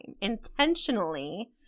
intentionally